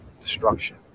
destruction